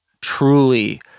truly